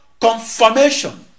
confirmation